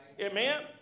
Amen